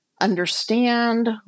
understand